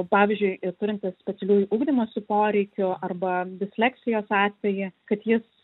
pavyzdžiui ir turintis specialiųjų ugdymosi poreikių arba disleksijos atvejį kad jis